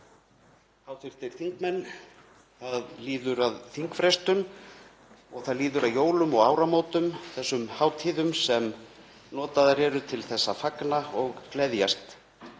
Hv. þingmenn. Það líður að þingfrestun og það líður að jólum og áramótum, þessum hátíðum sem notaðar eru til þess að fagna og gleðjast.